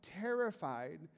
terrified